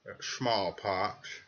smallpox